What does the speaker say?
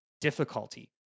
difficulty